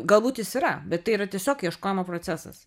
galbūt jis yra bet tai yra tiesiog ieškojimo procesas